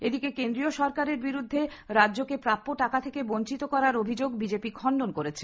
এদিকে কেন্দ্রীয় সরকারের বিরুদ্ধে রাজ্যকে প্রাপ্য টাকা থেকে বঞ্চিত করার অভিযোগ বিজেপি খন্ডন করেছে